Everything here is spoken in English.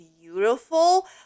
beautiful